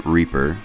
Reaper